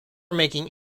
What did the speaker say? making